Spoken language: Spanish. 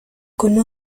con